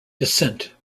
descent